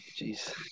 Jeez